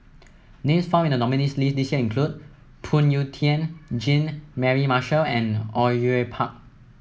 names found in the nominees' list this year include Phoon Yew Tien Jean Mary Marshall and Au Yue Pak